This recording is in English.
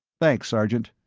thanks, sergeant.